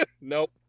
Nope